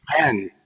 man